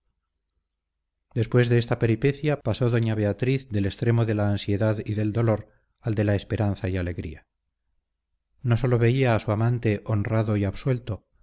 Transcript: después de esta peripecia pasó doña beatriz del extremo de la ansiedad y del dolor al de la esperanza y alegría no sólo veía a su amante honrado y absuelto